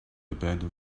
abandon